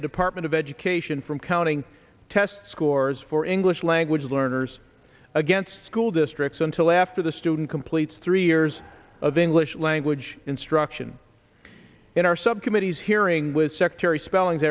the department of education from counting test scores for english language learners against school districts until after the student completes three years of english language instruction in our subcommittees hearing with secretary spellings